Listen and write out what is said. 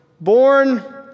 Born